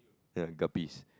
they are guppies